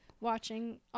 watching